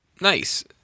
Nice